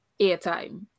airtime